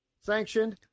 sanctioned